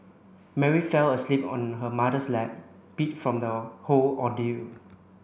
Mary fell asleep on her mother's lap beat from the whole ordeal